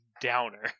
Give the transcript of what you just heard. downer